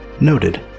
Noted